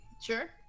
sure